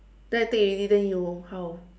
then I take already then you how